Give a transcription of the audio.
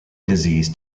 disease